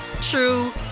true